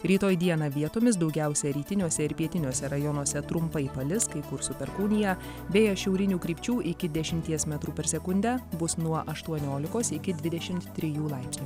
rytoj dieną vietomis daugiausia rytiniuose ir pietiniuose rajonuose trumpai palis kai kur su perkūnija vėjas šiaurinių krypčių iki dešimties metrų per sekundę bus nuo aštuonuolikos iki dvidešimt trijų laipsnių